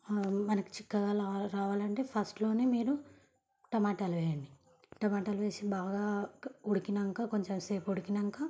మనకు చిక్కగా రావాలంటే ఫస్ట్ లోనే మీరు టమాటాలు వేయండి టమాటాలు వేసి బాగా ఉడికాక కొంచెం సేపు ఉడికాక